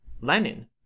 Lenin